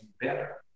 better